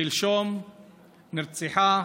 שלשום נרצחה